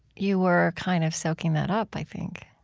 you were kind of soaking that up, i think,